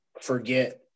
forget